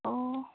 অঁ